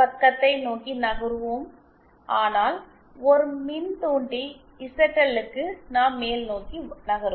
பக்கத்தை நோக்கி நகருவோம் ஆனால் ஒரு மின்தூண்டி இசட்எல் க்கு நாம் மேல்நோக்கி நகருவோம்